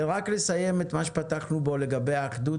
רק לסיים את מה שפתחנו בו לגבי האחדות,